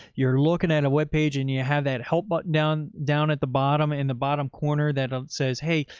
you're looking at a webpage and you have that help button down, down at the bottom, in the bottom corner that ah says, hey,